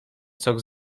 sok